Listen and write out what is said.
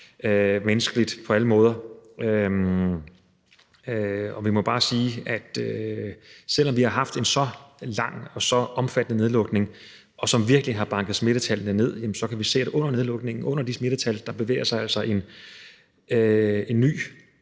menneskeligt – på alle måder. Og vi må bare sige, at selv om vi har haft en så lang og så omfattende nedlukning, som virkelig har banket smittetallene ned, kan vi se, at der under nedlukningen og under de smittetal altså bevæger sig en ny,